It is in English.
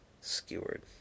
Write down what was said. Skewered